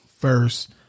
first